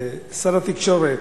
שר התקשורת,